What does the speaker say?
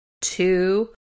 two